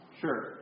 sure